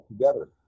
together